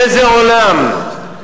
באיזה עולם?